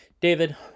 David